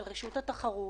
של רשות התחרות,